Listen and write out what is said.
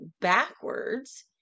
backwards